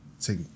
take